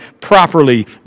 properly